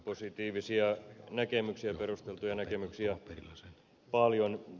positiivisia näkemyksiä perusteltuja näkemyksiä on paljon